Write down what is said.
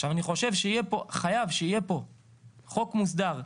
עכשיו אני חושב שחייב שיהיה פה חוק מוסדר,